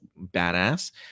badass